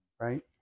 right